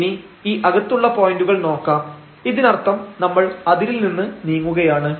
ഇനി ഈ അകത്തുള്ള പോയന്റുകൾ നോക്കാം ഇതിനർത്ഥം നമ്മൾ അതിരിൽനിന്ന് നീങ്ങുകയാണ്